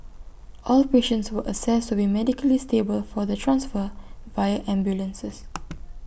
all patients were assessed to be medically stable for the transfer via ambulances